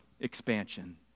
expansion